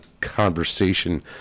conversation